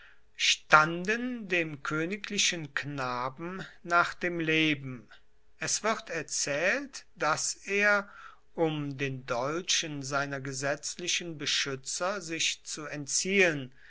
standen dem königlichen knaben nach dem leben es wird erzählt daß er um den dolchen seiner gesetzlichen beschützer sich zu entziehen